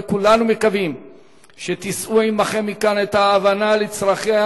וכולנו מקווים שתישאו עמכם מכאן את ההבנה לצרכיה